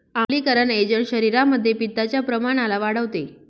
आम्लीकरण एजंट शरीरामध्ये पित्ताच्या प्रमाणाला वाढवते